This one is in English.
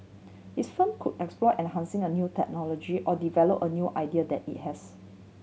his firm could explore enhancing a new technology or develop a new idea that it has